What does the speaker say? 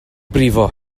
brifo